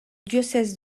diocèse